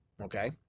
Okay